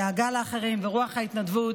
הדאגה לאחרים ורוח ההתנדבות,